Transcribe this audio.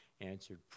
answered